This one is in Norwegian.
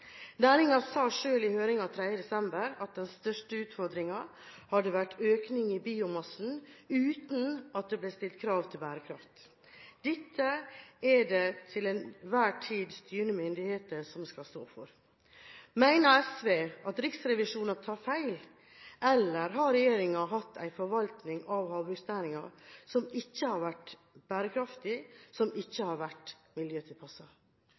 sa selv i høringen 3. desember at den største utfordringen hadde vært økning i biomassen uten at det ble stilt krav til bærekraft. Dette er det de til enhver tid styrende myndigheter som skal stå for. Mener SV at Riksrevisjonen tar feil, eller har regjeringen hatt en forvaltning av havbruksnæringen som ikke har vært bærekraftig, og som